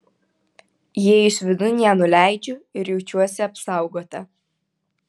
įėjusi vidun ją nuleidžiu ir jaučiuosi apsaugota